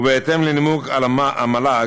ובהתאם לנימוק המל"ג,